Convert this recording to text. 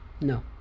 No